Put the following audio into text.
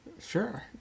sure